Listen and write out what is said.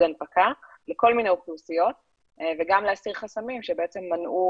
הנפקה לכל מיני אוכלוסיות וגם להסיר חסמים שחלק מנעו